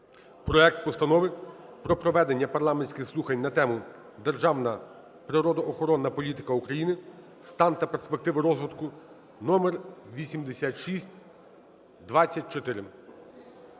проект Постанови про проведення парламентських слухань на тему: "Державна природоохоронна політика України: стан та перспективи розвитку". І я